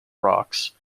rocks